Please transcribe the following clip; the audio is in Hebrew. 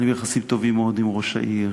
אני ביחסים טובים מאוד עם ראש העיר,